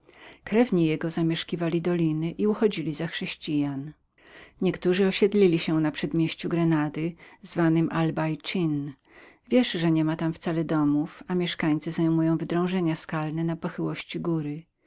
krewni jego zamieszkiwali doliny i uchodzili za chrześcijan niektórzy osiedlili się na przedmieściu grenady nazwanem al barazin wiesz że niema tam wcale domów i mieszkańcy zajmują wydrążenia w skałach na pochyłości góry